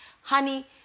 Honey